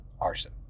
arson